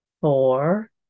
four